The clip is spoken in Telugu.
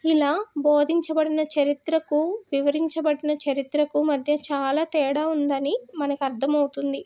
ఇలా బోధించబడిన చరిత్రకు వివరించబడిన చరిత్రకు మధ్య చాలా తేడా ఉందని మనకు అర్థమవుతుంది